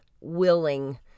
willing